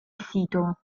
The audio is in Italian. sito